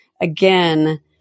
again